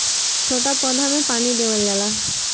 छोट पौधा में पानी देवल जाला